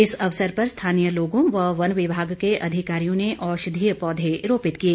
इस अवसर पर स्थानीय लोगों व वन विभाग के अधिकारियों ने औषधीय पौधे रोपित किए